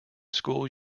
school